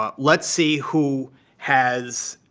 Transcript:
ah let's see who has